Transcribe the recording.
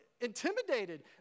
intimidated